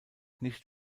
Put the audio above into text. nicht